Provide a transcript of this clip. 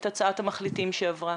את הצעת המחליטים שעברה.